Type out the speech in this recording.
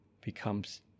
becomes